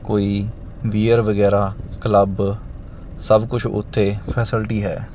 ਕੋਈ ਬੀਅਰ ਵਗੈਰਾ ਕਲੱਬ ਸਭ ਕੁਝ ਉੱਥੇ ਫਸੀਲਟੀ ਹੈ